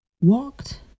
walked